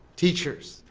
teachers,